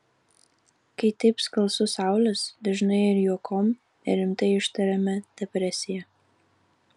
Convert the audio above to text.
kai taip skalsu saulės dažnai ir juokom ir rimtai ištariame depresija